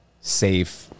safe